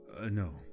No